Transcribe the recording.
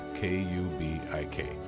K-U-B-I-K